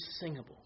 singable